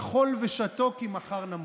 אכול ושתו כי מחר נמות.